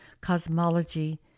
cosmology